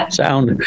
sound